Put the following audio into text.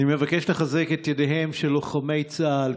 אני מבקש לחזק את ידיהם של לוחמי צה"ל,